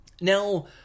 Now